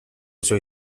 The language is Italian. usò